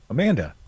Amanda